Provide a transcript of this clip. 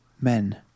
Men